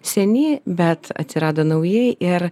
seni bet atsirado nauji ir